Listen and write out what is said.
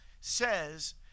says